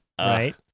Right